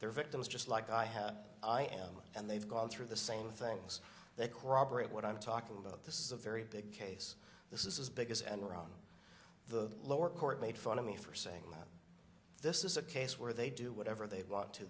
they're victims just like i have i am and they've gone through the same things they corroborate what i'm talking about this is a very big case this is as big as enron the lower court made fun of me for saying that this is a case where they do whatever they want to